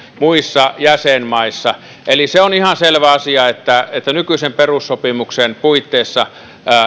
muissa jäsenmaissa se on ihan selvä asia että että nykyisen perussopimuksen puitteissa